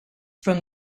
from